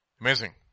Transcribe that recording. Amazing